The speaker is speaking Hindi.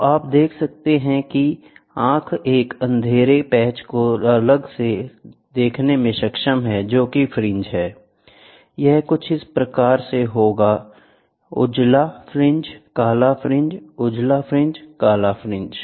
तो आप देख सकते हैं कि आंख एक अंधेरे पैच को अलग देखने में सक्षम है जोकि फ्रिंज है यह कुछ इस प्रकार से होंगे उजला फ्रिंज काला फ्रिंज उजला फ्रिंज काला फ्रिंज